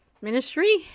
ministry